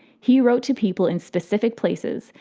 he wrote to people in specific places,